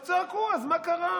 אז צעקו, אז מה קרה?